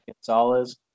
Gonzalez